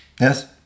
yes